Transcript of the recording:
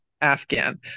afghan